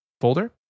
folder